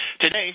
Today